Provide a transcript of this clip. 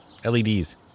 LEDs